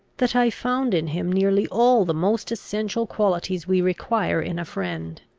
that i found in him nearly all the most essential qualities we require in a friend.